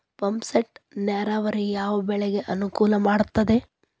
Pump set ನೇರಾವರಿ ಯಾವ್ ಬೆಳೆಗೆ ಅನುಕೂಲ ಮಾಡುತ್ತದೆ?